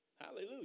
Hallelujah